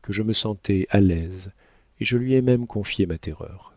que je me sentais à l'aise et je lui ai même confié ma terreur